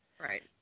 Right